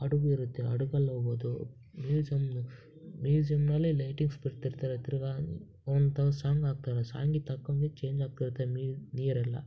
ಹಡ್ಗು ಇರುತ್ತೆ ಹಡುಗಲ್ಲೋಬೊದು ಮ್ಯೂಸ್ಯಂ ಮ್ಯೂಸಿಯಂನಲ್ಲೇ ಲೈಟಿಂಗ್ಸ್ ಬಿಡ್ತಿರ್ತಾರೆ ತಿರ್ಗಾ ಒಂತ ಸಾಂಗ್ ಹಾಕ್ತಾರೆ ಸಾಂಗಿಗೆ ತಕ್ಕ ಹಂಗೆ ಚೇಂಜ್ ಆಗ್ತಿರುತ್ತೆ ನೀರು ನೀರೆಲ್ಲ